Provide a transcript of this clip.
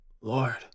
Lord